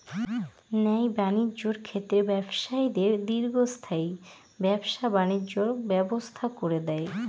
ন্যায় বাণিজ্যের ক্ষেত্রে ব্যবসায়ীদের দীর্ঘস্থায়ী ব্যবসা বাণিজ্যের ব্যবস্থা করে দেয়